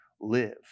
live